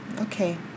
Okay